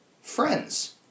friends